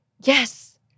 Yes